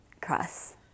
cross